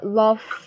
love